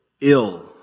ill